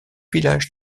villages